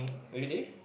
really